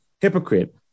Hypocrite